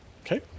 Okay